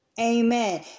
Amen